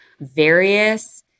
various